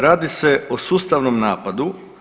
Radi se o sustavnom napadu.